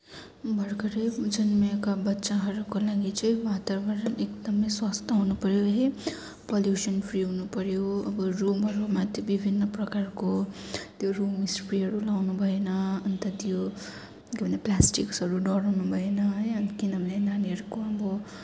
भर्खरै जन्मिएका बच्चाहरूको लागि वातावरण एकदमै स्वस्थ हुनु पऱ्यो है पोल्युसन फ्री हुनु पऱ्यो अब रुमहरूमा त्यो विभिन्न प्रकारको त्यो रूम स्प्रेहरू लगाउन भएन अन्त त्यो के भन्छ प्लास्टिक्सहरू डढाउनु भएन है अन्त किनभने नानीहरूको अब